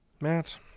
Matt